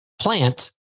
plant